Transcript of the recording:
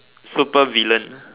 super villain